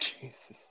Jesus